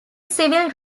civil